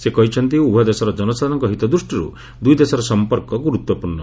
ସେ କହିଛନ୍ତି ଉଭୟ ଦେଶର ଜନସାଧାରଣଙ୍କ ହିତ ଦୂଷ୍ଟିରୁ ଦୁଇ ଦେଶର ସମ୍ପର୍କ ଗୁରୁତ୍ୱପୂର୍ଷ